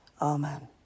Amen